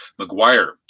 mcguire